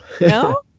No